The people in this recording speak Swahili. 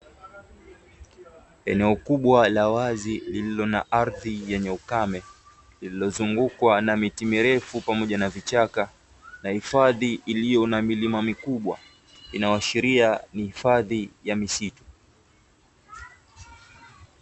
Eneo kubwa la wazi lililo na ardhi yenye ukame, lililozungukwa na miti mirefu pamoja na vichaka na hifadhi iliyo na milima mikubwa, inayoashiria ni hifadhi ya misitu.